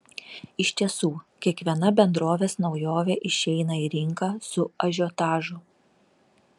iš tiesų kiekviena bendrovės naujovė išeina į rinką su ažiotažu